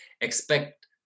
expect